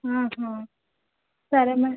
సరే మే